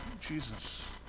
Jesus